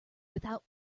without